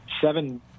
seven